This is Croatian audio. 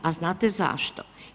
A znate zašto?